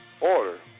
order